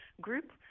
group